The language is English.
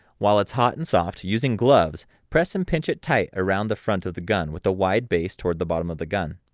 while its hot and soft, using gloves press and pinch it tight around the front of the gun with the wide base toward the bottom of the gun.